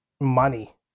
money